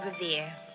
Revere